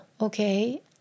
okay